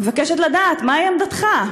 אני מבקשת לדעת מהי עמדתך,